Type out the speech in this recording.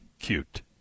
cute